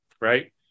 right